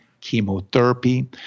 chemotherapy